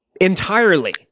entirely